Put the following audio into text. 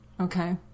Okay